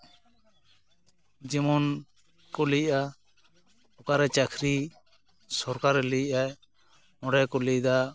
ᱡᱮᱢᱚᱱ ᱠᱚ ᱞᱟᱹᱭᱮᱫᱼᱟ ᱚᱠᱟᱨᱮ ᱪᱟᱠᱨᱤ ᱥᱚᱨᱠᱟᱨᱮ ᱞᱟᱹᱭᱮᱫᱼᱟ ᱚᱸᱰᱮ ᱜᱮᱠᱚ ᱞᱟᱹᱭ ᱮᱫᱟ